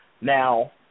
Now